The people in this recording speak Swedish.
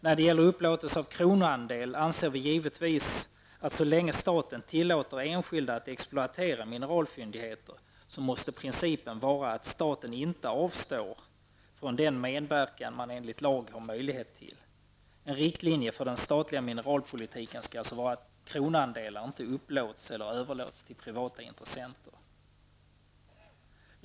När det gäller upplåtelse av kronoandel anser vi givetvis att så länge staten tillåter enskilda att exploatera mineralfyndigheter måste principen vara att staten inte avstår från den medverkan som man enligt lag har möjlighet till. En riktlinje för den statliga mineralpolitiken skall alltså vara att kronoandelar inte upplåts eller överlåts till privata intressenter.